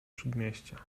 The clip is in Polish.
śródmieścia